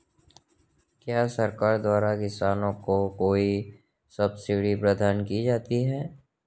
क्या सरकार द्वारा किसानों को कोई सब्सिडी प्रदान की जाती है?